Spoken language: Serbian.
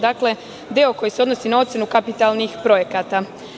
Dakle, deo koji se odnosi na ocenu kapitalnih projekata.